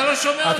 מאיר,